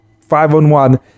five-on-one